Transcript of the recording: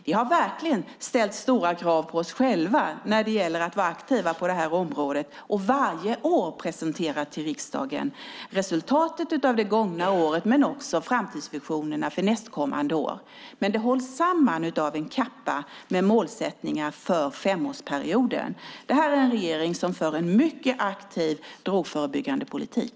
Vi har verkligen ställt stora krav på oss själva när det gäller att vara aktiva på området och varje år till riksdagen presentera resultatet av det gångna året men också framtidsvisionerna för nästkommande år. Det hålls samman av en kappa med målsättningar för femårsperioden. Detta är en regering som för en mycket aktiv drogförebyggande politik.